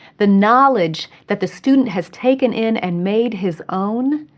the knowledge that the student has taken in and made his own,